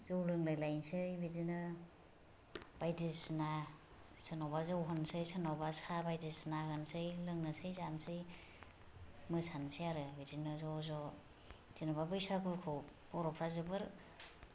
जौ लोंलायलायनोसै बिदिनो बायदिसिना सोरनावबा जौ होनोसै सोरनावबा सा बायदिसिना होनोसै लोंनोसै जानोसै मोसानोसै आरो बिदोनो ज' ज' जेनेबा बैसैगुखौ बर'फोरा जोबोद